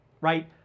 right